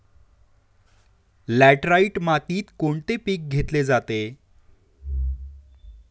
Laterite मातीत कोणते पीक घेतले जाते?